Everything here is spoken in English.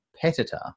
competitor